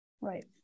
Right